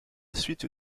suite